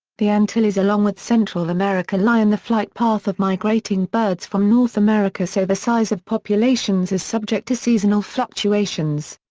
the antilles along with central america lie in the flight path of migrating birds from north america so the size of populations is subject to seasonal fluctuations.